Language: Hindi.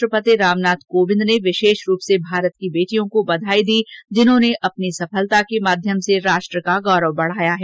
राष्ट्रपति रामनाथ कोविंद ने विशेष रूप से भारत की बेटियों को बधाई दी है जिन्होंने अपनी सफलता के माध्यम से राष्ट्र का गौरव बढ़ाया है